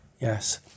Yes